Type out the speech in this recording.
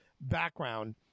background